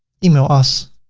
email us,